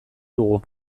dugu